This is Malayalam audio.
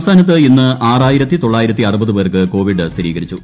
സംസ്ഥാനത്ത് ഇന്ന് പ്രകൃത് പേർക്ക് കോവിഡ് സ്ഥിരീകരിച്ചു